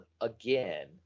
again